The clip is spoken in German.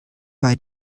bei